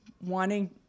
wanting